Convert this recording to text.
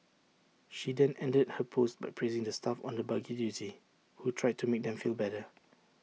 she then ended her post by praising the staff on the buggy duty who tried to make them feel better